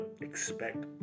expect